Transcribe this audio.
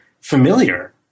familiar